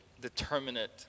determinate